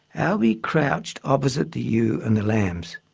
alby crouched opposite the ewe and the lambs,